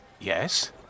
Yes